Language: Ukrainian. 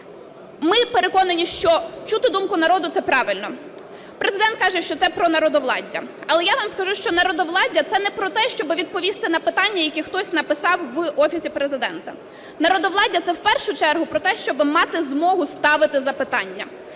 Ми переконані, що чути думку народу - це правильно. Президент каже, що це про народовладдя. Але я вам скажу, що народовладдя - це не про те, щоб відповісти на питання, які хтось написав в Офісі Президента. Народовладдя – це в першу чергу про те, щоб мати змогу ставити запитання.